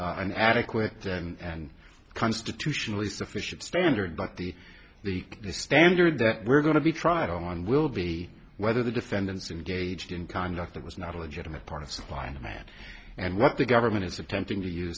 an adequate and constitutionally sufficient standard but the weekly standard that we're going to be tried on will be whether the defendants engaged in conduct that was not a legitimate part of supply and demand and what the government is attempting to use